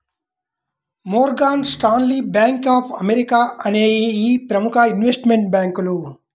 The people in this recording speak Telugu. Morgan Stanley, bank of America అనేయ్యి ప్రముఖ ఇన్వెస్ట్మెంట్ బ్యేంకులు